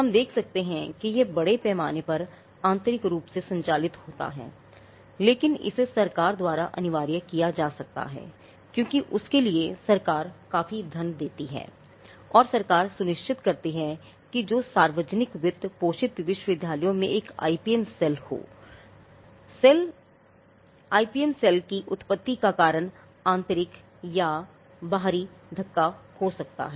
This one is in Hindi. हम देख सकते हैं कि यह बड़े पैमाने पर आंतरिक रूप से संचालित है लेकिन इसे सरकार द्वारा अनिवार्य किया जा सकता है क्योंकि उसके लिए सरकार काफी धन देती है और सरकार सुनिश्चित करती है है जो सार्वजनिक वित्त पोषित विश्वविद्यालयों में एक आईपीएम सेल की उत्पत्ति का कारण आंतरिक या बाहरी धक्का हो सकता है